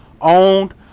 owned